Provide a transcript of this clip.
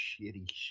Shitty